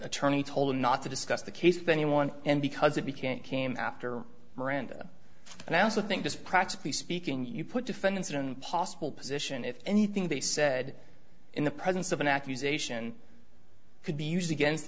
attorney told him not to discuss the case then he won and because if he can't came after miranda and i also think this practically speaking you put defendants in possible position if anything they said in the presence of an accusation could be used against